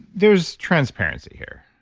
there's transparency here.